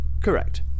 Correct